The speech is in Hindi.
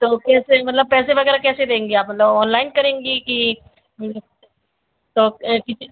तो कैसे मतलब पैसे वगैरह कैसे देंगी आप मतलब ऑनलाइन करेंगी कि तो एं किसी